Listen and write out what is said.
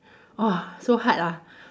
!whoa! so hard ah